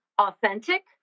authentic